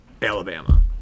Alabama